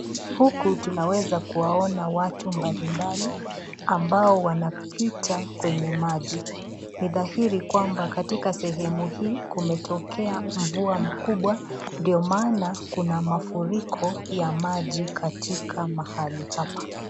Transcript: Huku tunaweza kuwaona watu mbalimbali ambao wanapita kwenye maji. Ni dhairi kwamba katika sehemu hii kumetokea mvua mkubwa ndio maana kuna mafuriko ya maji katika mahali hapa.